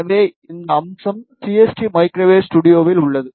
எனவே இந்த அம்சம் சிஎஸ்டி மைக்ரோவேவ் ஸ்டுடியோவில் உள்ளது